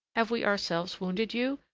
have we ourselves wounded you,